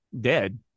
dead